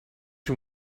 you